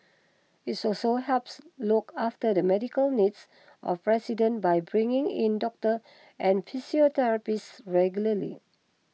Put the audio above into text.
it's also helps look after the medical needs of residents by bringing in doctors and physiotherapists regularly